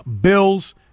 Bills